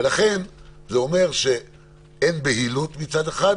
לכן זה אומר שאין בהילות מצד אחד,